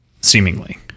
seemingly